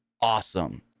awesome